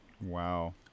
Wow